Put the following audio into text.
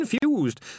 confused